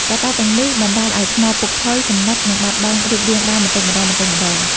កត្តាទាំងនេះបណ្ដាលឱ្យថ្មពុកផុយ សំណឹក និងបាត់បង់រូបរាងដើមបន្តិចម្ដងៗ។